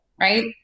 right